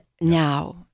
now